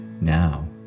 Now